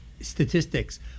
Statistics